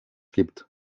gibt